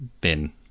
Bin